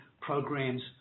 programs